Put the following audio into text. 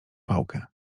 pałkę